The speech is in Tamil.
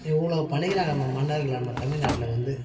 இவ்வளோ பண்ணிக்கிறாங்கள் நம்ம மன்னர்கள் நம்ம தமிழ்நாட்ல வந்து